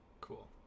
cool